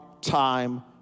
time